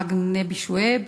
חג נבי שועייב.